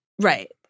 Right